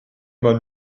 man